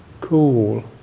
cool